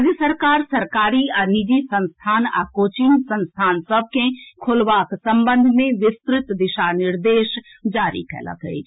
राज्य सरकार सरकारी आ निजी संस्थान आ कोचिंग संस्थान सभ के खोलबाक संबंध मे विस्तृत दिशा निर्देश जारी कयलक अछि